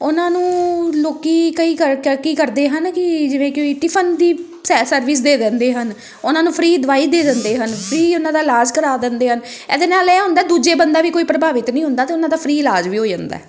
ਉਹਨਾਂ ਨੂੰ ਲੋਕ ਕਈ ਕੀ ਕਰਦੇ ਹਨ ਕਿ ਜਿਵੇਂ ਕਿ ਟਿਫਨ ਦੀ ਸ ਸਰਵਿਸ ਦੇ ਦਿੰਦੇ ਹਨ ਉਹਨਾਂ ਨੂੰ ਫਰੀ ਦਵਾਈ ਦੇ ਦਿੰਦੇ ਹਨ ਫਰੀ ਉਹਨਾਂ ਦਾ ਇਲਾਜ ਕਰਵਾ ਦਿੰਦੇ ਹਨ ਇਹਦੇ ਨਾਲ ਇਹ ਹੁੰਦਾ ਦੂਜੇ ਬੰਦਾ ਵੀ ਕੋਈ ਪ੍ਰਭਾਵਿਤ ਨਹੀਂ ਹੁੰਦਾ ਅਤੇ ਉਹਨਾਂ ਦਾ ਫ੍ਰੀ ਇਲਾਜ ਵੀ ਹੋ ਜਾਂਦਾ